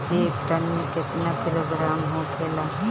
एक टन मे केतना किलोग्राम होखेला?